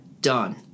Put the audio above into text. done